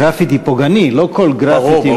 גרפיטי פוגעני ולא כל גרפיטי,